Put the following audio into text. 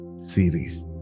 series